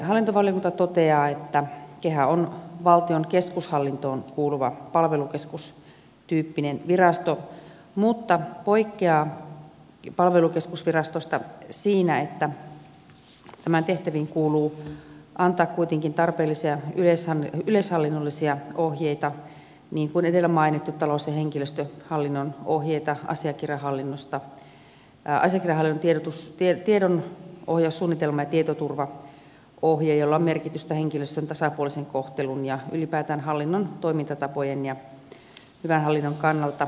hallintovaliokunta toteaa että keha on valtion keskushallintoon kuuluva palvelukeskustyyppinen virasto mutta poikkeaa palvelukeskusvirastosta siinä että tämän tehtäviin kuuluu antaa kuitenkin tarpeellisia yleishallinnollisia ohjeita niin kuin edellä mainitut talous ja henkilöstöhallinnon ohjeet asiakirjahallinnon tiedon ohjaussuunnitelma ja tietoturvaohje joilla on merkitystä henkilöstön tasapuolisen kohtelun ja ylipäätään hallinnon toimintatapojen ja hyvän hallinnon kannalta